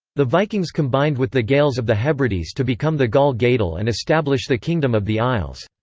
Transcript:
the vikings combined with the gaels of the hebrides to become the gall-gaidel and establish the kingdom of the isles.